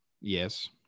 Yes